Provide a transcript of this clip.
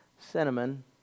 cinnamon